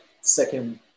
second